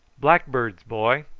blackbirds, boy,